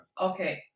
Okay